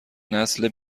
نسل